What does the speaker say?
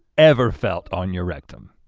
ever felt on your rectum.